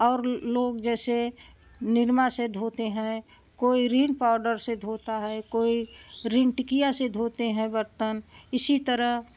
और लोग जैसे निरमा से धोते हैं कोई रिन पाउडर से धोता है कोई रिन टिकिया से धोते हैं बर्तन इसी तरह